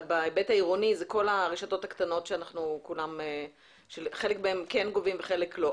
בהיבט העירוני זה כל הרשתות הקטנות שבחלק מהן כן גובים ובחלק לא,